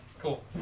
Cool